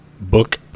book